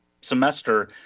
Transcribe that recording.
semester